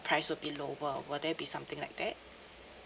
price will be lower will there be something like that